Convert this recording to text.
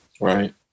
Right